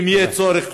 אם יהיה צורך